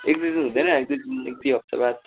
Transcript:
एक दुई दिन हुँदैन एक दुई दिन एक दुई हप्ताबाद